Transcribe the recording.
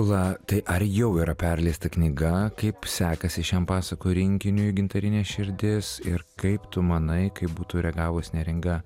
ula tai ar jau yra perleista knyga kaip sekasi šiam pasakų rinkiniui gintarinė širdis ir kaip tu manai kaip būtų reagavus neringa